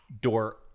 Door